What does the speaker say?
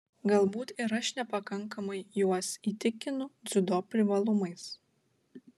galbūt ir aš nepakankamai juos įtikinu dziudo privalumais